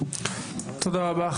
תודה רבה.